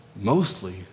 mostly